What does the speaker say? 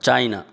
China